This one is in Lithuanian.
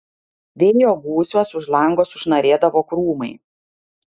vėjo gūsiuos už lango sušnarėdavo krūmai